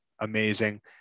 amazing